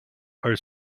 are